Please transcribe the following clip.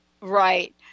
Right